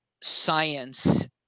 science